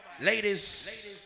Ladies